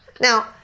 Now